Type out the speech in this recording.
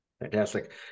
Fantastic